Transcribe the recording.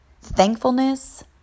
thankfulness